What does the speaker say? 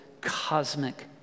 cosmic